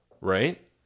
right